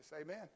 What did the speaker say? Amen